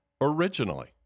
originally